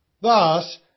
Thus